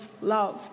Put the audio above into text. love